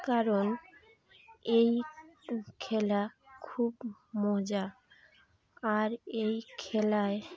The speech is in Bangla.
কারণ এই খেলা খুব মজা আর এই খেলায়